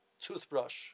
toothbrush